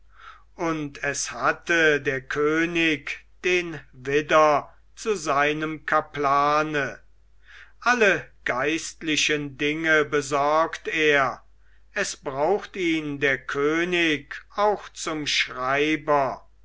und es hatte der könig den widder zu seinem kaplane alle geistlichen dinge besorgt er es braucht ihn der könig auch zum schreiber